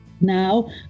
now